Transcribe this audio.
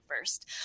first